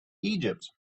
egypt